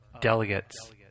delegates